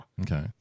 Okay